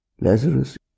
Lazarus